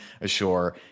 ashore